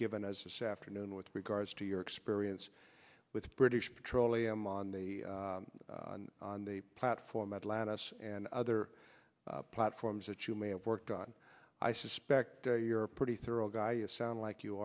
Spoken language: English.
given as this afternoon with regards to your experience with british petroleum on the on the platform atlantis and other platforms that you may have worked on i suspect you're a pretty thorough guy a sound like you